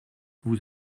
vous